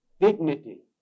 dignity